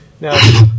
Now